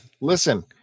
Listen